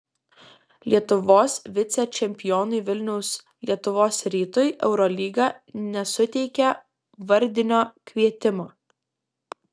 lietuvos vicečempionui vilniaus lietuvos rytui eurolyga nesuteikė vardinio kvietimo